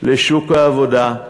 לשוק העבודה,